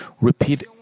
repeat